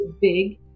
big